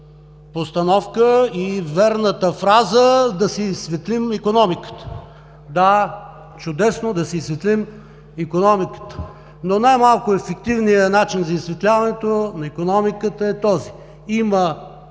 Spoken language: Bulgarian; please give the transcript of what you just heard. постановка и вярната фраза: „Да си изсветлим икономиката“. Да, чудесно, да си изсветлим икономиката, но най-малко ефективният начин за изсветляването на икономиката е този. Има